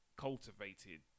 cultivated